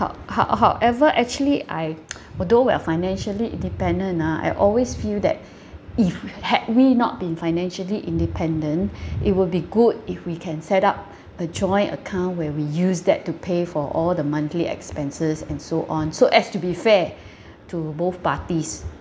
how how however actually I although we are financially independent ah I always feel that if we had we not been financially independent it will be good if we can set up a joint account where we use that to pay for all the monthly expenses and so on so as to be fair to both parties